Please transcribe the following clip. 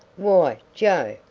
why, joe!